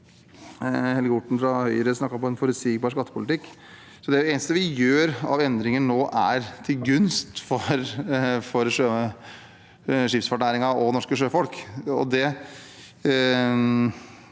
Helge Orten fra Høyre snakket om en forutsigbar skattepolitikk. Det eneste vi gjør av endringer nå, er til gunst for skipsfartsnæringen og norske sjøfolk.